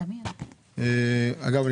אגב,